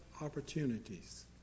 opportunities